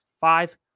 five